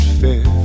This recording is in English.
fair